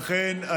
לכן,